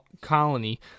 colony